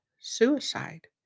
suicide